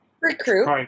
recruit